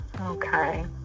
okay